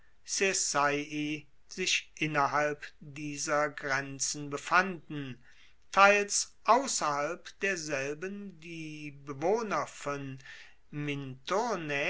sich innerhalb dieser grenzen befanden teils ausserhalb derselben die bewohner von